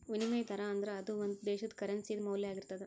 ವಿನಿಮಯ ದರಾ ಅಂದ್ರ ಅದು ಒಂದು ದೇಶದ್ದ ಕರೆನ್ಸಿ ದ ಮೌಲ್ಯ ಆಗಿರ್ತದ